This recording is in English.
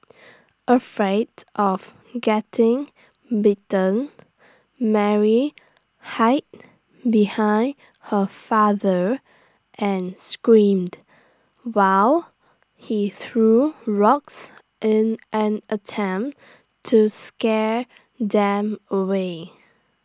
afraid of getting bitten Mary hid behind her father and screamed while he threw rocks in an attempt to scare them away